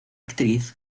actriz